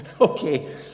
okay